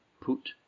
put